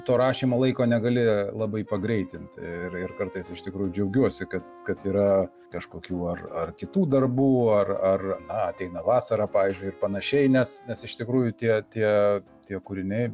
to rašymo laiko negali labai pagreitinti ir ir kartais iš tikrųjų džiaugiuosi kad kad yra kažkokių ar ar kitų darbų ar ar ateina vasara pavyzdžiui panašiai nes nes iš tikrųjų tie tie tie kūriniai